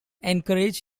encouraged